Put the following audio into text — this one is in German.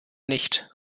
nicht